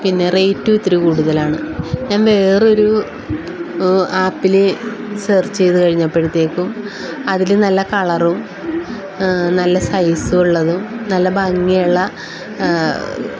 പിന്നെ റേറ്റും ഇത്തിരി കൂടുതലാണ് ഞാൻ വേറൊരു ആപ്പിൽ സർച്ച് ചെയ്തു കഴിഞ്ഞപ്പോഴത്തേക്കും അതിൽ നല്ല കളറും നല്ല സൈസുള്ളതും നല്ല ഭംഗിയുള്ള